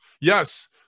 Yes